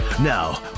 Now